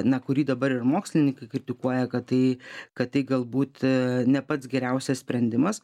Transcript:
na kurį dabar ir mokslininkai kritikuoja kad tai kad tai galbūt ne pats geriausias sprendimas